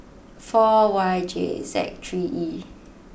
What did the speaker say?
four Y J Z three E